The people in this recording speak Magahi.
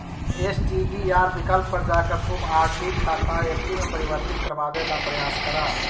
एस.टी.डी.आर विकल्प पर जाकर तुम आर.डी खाता एफ.डी में परिवर्तित करवावे ला प्रायस करा